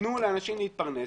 תנו לאנשים להתפרנס.